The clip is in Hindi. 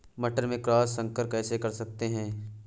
मटर में क्रॉस संकर कैसे कर सकते हैं?